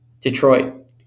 Detroit